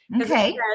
Okay